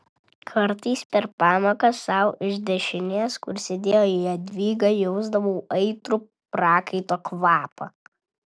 kartais per pamoką sau iš dešinės kur sėdėjo jadvyga jausdavau aitrų prakaito kvapą